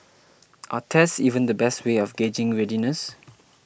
are tests even the best way of gauging readiness